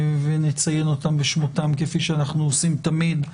ונציין אותם משמותם כפי שאנחנו עושים תמיד,